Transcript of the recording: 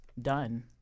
done